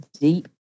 deep